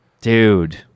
Dude